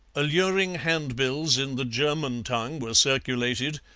alluring handbills in the german tongue were circulated,